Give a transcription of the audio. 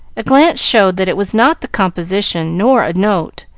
a glance showed that it was not the composition nor a note,